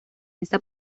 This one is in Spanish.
esta